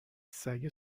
سگه